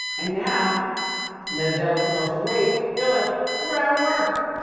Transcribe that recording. and now that adele has lost the weight, they're like, we're out of work.